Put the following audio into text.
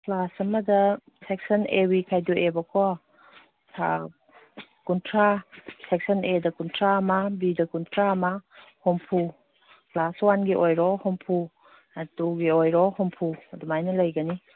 class ꯑꯃꯗ section A B ꯈꯥꯏꯗꯣꯛꯑꯦꯕꯀꯣ ꯀꯨꯟꯊ꯭ꯔꯥ ꯁꯦꯛꯁꯟ ꯑꯦꯗ ꯀꯨꯟꯊ꯭ꯔꯥ ꯑꯃ ꯕꯤꯗ ꯀꯨꯟꯊ꯭ꯔꯥ ꯑꯃ ꯍꯨꯝꯐꯨ ꯀ꯭ꯂꯥꯁ ꯋꯥꯟꯒꯤ ꯑꯣꯏꯔꯣ ꯍꯨꯝꯐꯨ ꯇꯨꯒꯤ ꯑꯣꯏꯔꯣ ꯍꯨꯝꯐꯨ ꯑꯗꯨꯃꯥꯏꯅ ꯂꯩꯒꯅꯤ